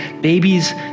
Babies